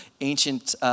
ancient